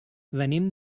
venim